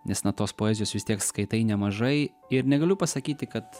nes na tos poezijos vis tiek skaitai nemažai ir negaliu pasakyti kad